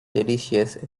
delicious